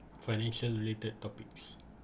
financial related topics